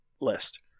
list